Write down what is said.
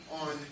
On